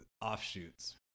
offshoots